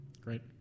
Great